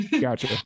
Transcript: Gotcha